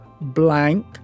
blank